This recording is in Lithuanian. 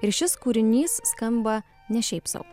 ir šis kūrinys skamba ne šiaip sau